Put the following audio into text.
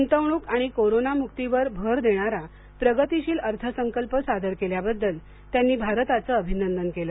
गुंतवणूक आणि कोरोनामुक्तीवर भर देणारा प्रगतीशील अर्थसंकल्प सादर केल्याबद्दल त्यांनी भारताचे अभिनंदन केलं